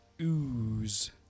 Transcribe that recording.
ooze